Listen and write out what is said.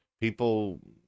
People